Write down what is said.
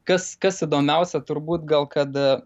kas kas įdomiausia turbūt gal kad